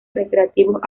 recreativos